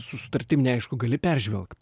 su sutartim neaišku gali peržvelgti